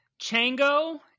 Chango